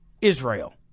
Israel